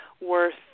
worth